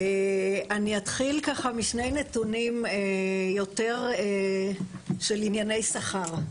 אני אתחיל משני נתונים יותר של ענייני שכר.